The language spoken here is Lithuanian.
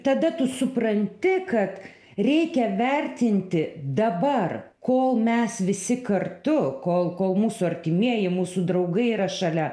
tada tu supranti kad reikia vertinti dabar kol mes visi kartu kol kol mūsų artimieji mūsų draugai yra šalia